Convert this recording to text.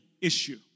issue